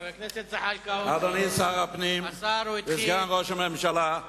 אדוני שר הפנים וסגן ראש הממשלה,